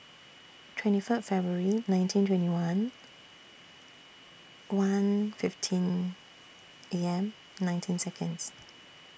twenty First February nineteen twenty one one fifteen A M nineteen Seconds